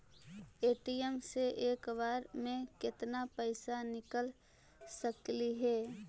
ATM से एक बार मे केत्ना पैसा निकल सकली हे?